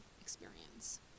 experience